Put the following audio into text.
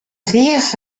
thief